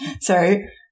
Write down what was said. Sorry